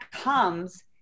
comes